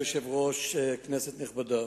אדוני היושב-ראש, כנסת נכבדה,